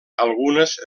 algunes